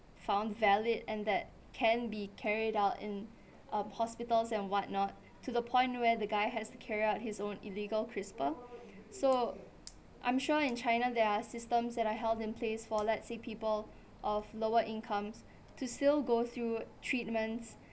found valid and that can be carried out in uh hospitals and whatnot to the point where the guy has to carry out his own illegal CRISPR so I'm sure in china there are systems that are held in place for let's say people of lower incomes to still go through treatments